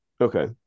Okay